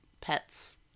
pets